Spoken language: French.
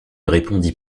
répondit